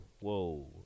whoa